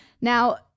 Now